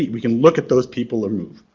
we can look at those people who move.